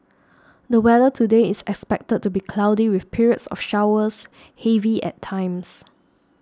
the weather today is expected to be cloudy with periods of showers heavy at times